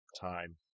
time